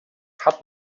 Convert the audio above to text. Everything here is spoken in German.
hat